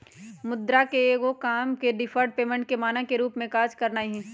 मुद्रा के एगो काम डिफर्ड पेमेंट के मानक के रूप में काज करनाइ हइ